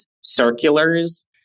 circulars